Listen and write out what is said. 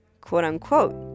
quote-unquote